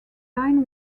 line